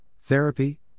therapy